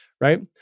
right